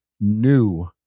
new